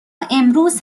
امروز